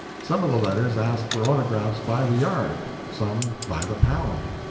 some of the letters asked for autographs by the yard, some by the pound.